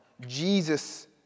Jesus